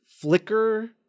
flicker